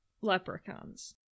leprechauns